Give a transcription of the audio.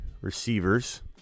receivers